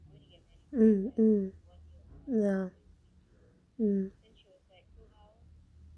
mm ya mm